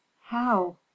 How